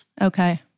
Okay